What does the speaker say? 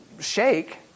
shake